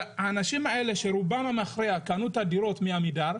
והאנשים האלה, שרובם המכריע קנו את הדירות מעמידר,